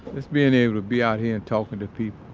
just being able to be out here and talking to people,